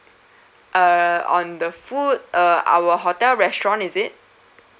uh on the food uh our hotel restaurant is it